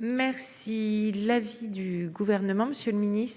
Quel est l'avis du Gouvernement ? Comme je l'ai